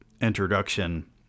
introduction